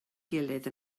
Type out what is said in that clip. gilydd